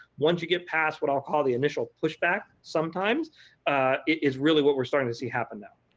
once you get past what i'll call the initial pushback sometimes, it is really what we are starting to see happen now.